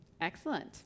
Excellent